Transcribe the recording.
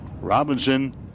Robinson